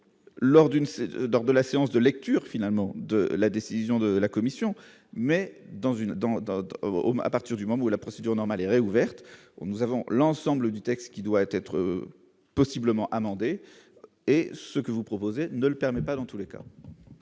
lors de la séance de lecture finalement de la décision de la commission, mais dans une dans dans l'homme à partir du moment où la procédure normale est réouverte, nous avons l'ensemble du texte qui doit être possiblement amendé, est ce que vous proposez ne le permet pas dans tous les cas.